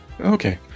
Okay